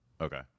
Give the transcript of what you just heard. Okay